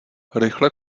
rychle